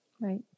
Right